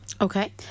Okay